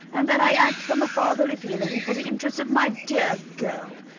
and that i act from a fatherly feeling for the interests of my dear girl!